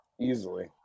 Easily